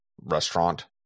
restaurant